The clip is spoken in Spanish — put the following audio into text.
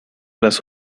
las